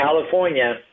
California